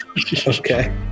Okay